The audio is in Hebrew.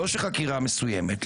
לא חקירה מסוימת.